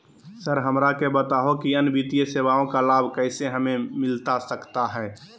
Sir हमरा के बताओ कि अन्य वित्तीय सेवाओं का लाभ कैसे हमें मिलता सकता है?